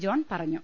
John പറഞ്ഞു